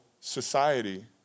society